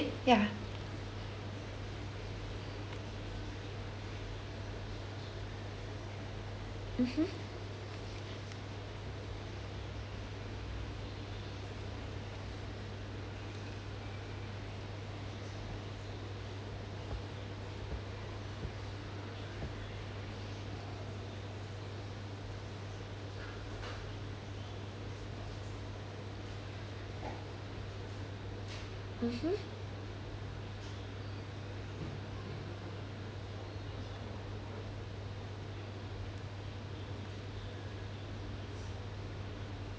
mmhmm mmhmm